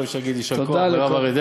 פה אפשר לומר יישר כוח לרב דרעי,